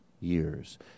years